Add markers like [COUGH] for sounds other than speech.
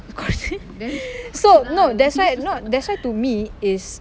[NOISE] so no that's why no that's why to me is